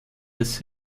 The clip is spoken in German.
des